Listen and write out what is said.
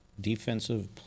defensive